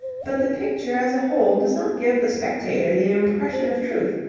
but the picture as a whole does not give the spectator the impression of truth,